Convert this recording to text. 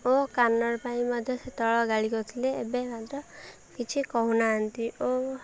କାନର ପାଇଁ ମଧ୍ୟ ସେତେବେଳେ ଗାଳି କରିଥିଲେ ଏବେ ମାତ୍ର କିଛି କହୁନାହାନ୍ତି ଓ